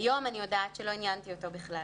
היום אני יודעת שלא עניינתי אותו בכלל,